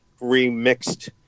remixed